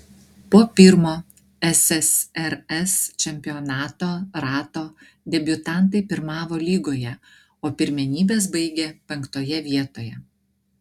po pirmo ssrs čempionato rato debiutantai pirmavo lygoje o pirmenybes baigė penktoje vietoje